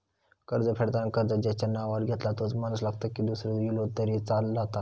कर्ज फेडताना कर्ज ज्याच्या नावावर घेतला तोच माणूस लागता की दूसरो इलो तरी चलात?